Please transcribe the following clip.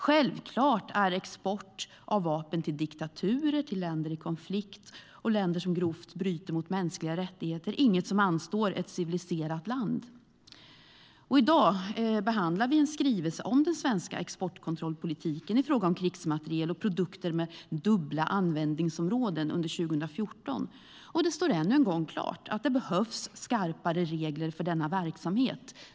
Självklart är export av vapen till diktaturer, länder i konflikt och länder som grovt bryter mot mänskliga rättigheter inget som anstår ett civiliserat land. I dag behandlar vi en skrivelse om den svenska exportkontrollpolitiken i fråga om krigsmateriel och produkter med dubbla användningsområden under 2014. Det står än en gång klart att det behövs skarpare regler för denna verksamhet.